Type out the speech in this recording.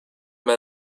man